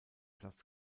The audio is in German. platz